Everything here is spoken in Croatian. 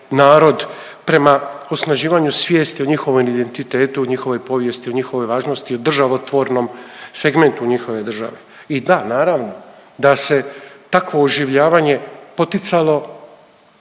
narod prema osnaživanju svijesti o njihovom identitetu, o njihovoj povijesti, o njihovoj važnosti i o državotvornom segmentu njihove države i da naravno da se takvo oživljavanje poticalo